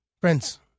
Friends